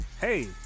Hey